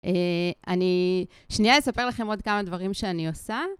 אני שנייה אספר לכם עוד כמה דברים שאני עושה.